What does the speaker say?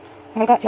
5 ലഭിച്ചു